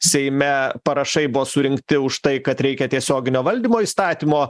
seime parašai buvo surinkti už tai kad reikia tiesioginio valdymo įstatymo